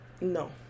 No